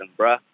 bruh